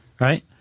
Right